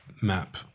map